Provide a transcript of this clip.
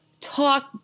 talk